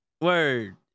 Word